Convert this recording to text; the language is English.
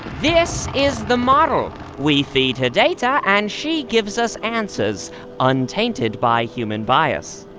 this is the model we feed her data, and she gives us answers untainted by human bias.